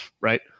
right